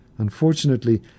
Unfortunately